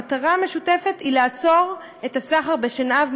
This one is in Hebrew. המטרה המשותפת היא לעצור את הסחר בשנהב,